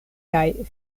kaj